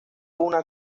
una